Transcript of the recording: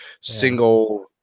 single